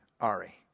Ari